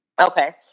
Okay